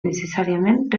necessàriament